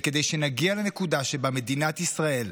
כדי שנגיע לנקודה שבה מדינת ישראל,